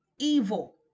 evil